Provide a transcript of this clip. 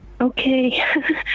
Okay